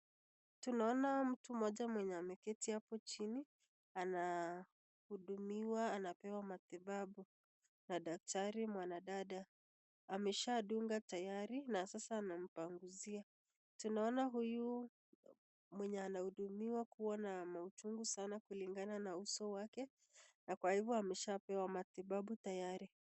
Tunaona mtu moja mwenye anaketi hapo chini ana huduma anapewa matibabu na daktari mwana dada amesha dunga tayari na sasa anampangusia tunaona huyu mwenye anahudumiwakuwa na mauchungu kulingana na uso wake na kwa hivyo ameshaa pewa matibabu tayari.